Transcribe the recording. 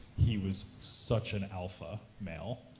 he was such an alpha male,